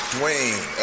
Dwayne